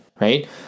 right